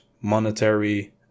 monetary